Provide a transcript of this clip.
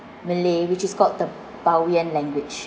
malay which is called the boyan language